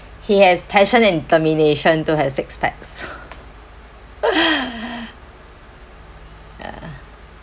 he has passion and determination to have six packs ya